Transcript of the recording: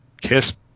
kiss